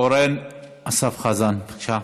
אורן אסף חזן, בבקשה.